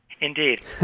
Indeed